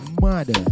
mother